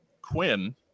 Quinn